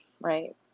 right